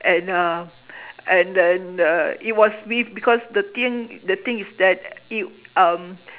and uh and then uh it was with because the thing the thing is that it um